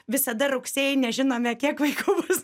visada rugsėjį nežinome kiek vaikų bus